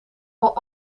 wel